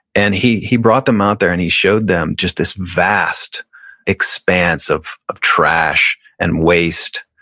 and he he brought them out there, and he showed them just this vast expanse of of trash and waste.